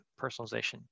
personalization